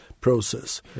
process